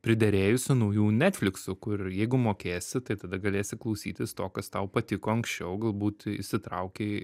priderėjusių naujų netfliksų kur jeigu mokėsi tai tada galėsi klausytis to kas tau patiko anksčiau galbūt įsitraukei